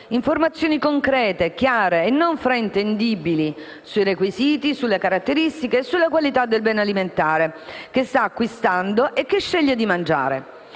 informazioni concrete, chiare e non fraintendibili sui requisiti, sulle caratteristiche e sulla qualità del bene alimentare che sta acquistando e che sceglie di mangiare.